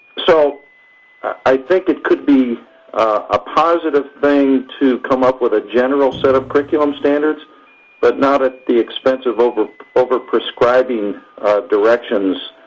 so i think it could be a positive thing to come up with a general set of curriculum standards but not at the expense of over over prescribing directions